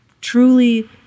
truly